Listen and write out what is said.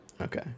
okay